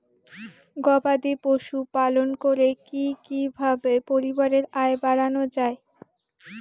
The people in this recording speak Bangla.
গবাদি পশু পালন করে কি কিভাবে পরিবারের আয় বাড়ানো যায়?